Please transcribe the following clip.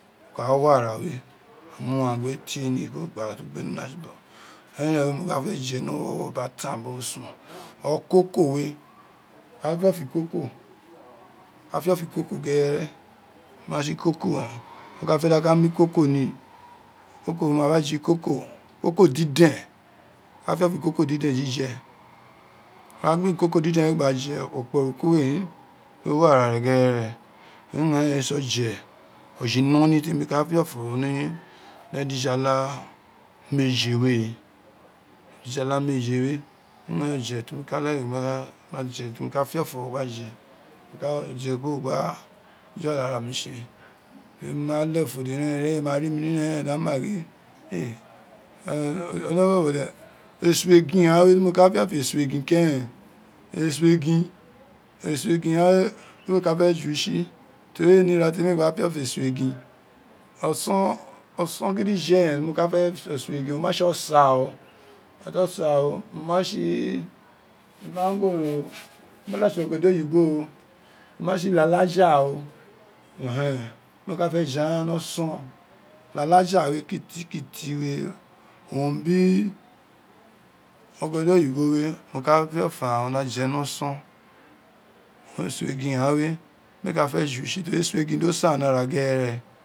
o ka ra wọ ara we mu uwaigwe tie ni do gba kpe ne ayon eren mo ka fé jé ni owuro wurọ bin atan biri orusun, oi koko we mo ka fiọfọ ikoko, o ka fiọfọ ikoko gere o ma tse gin koko, mọ ka fe da mu koko ni, koko we mo ka fe da mu koko ni, koko we mo ma ya je koko. koko diden mo ka fe gba koko diden jije wo ma gba ikoko diden gba je okueru kuro e do wa ra re ghenene ighan re tse oje oje iloli te mi ka fiofo ro ni edifata mééje we, ojijala mééje we, ighan oje temi ka like gba je, temi ka fiofo ro gba je, o ka je kuro gba jua ra mi tsi, nemi ma lefun ode, ireye ma ri ni nira eren olaghan ima gin e so egin keren eso egin meé ka fe jotsi teni ie ne ira temi ei gba fiọfe eso egin oson oson gidife nyo ka fe eso egin, io ma tse osa o o ma tse ima go o, o ma da tse oge deyibo o. o ma tse clalaja e di mo ka fi je agha ni oson lalaja we kitikiti we own bin ogede yibo we, no ka fiọfọ aghan gbi je ni oson eso egin ghan we méé ka fe jutsi teri di eso gin di san ni ara ghéré.